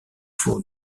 four